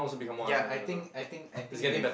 ya I think I think I think we've